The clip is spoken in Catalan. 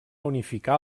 unificar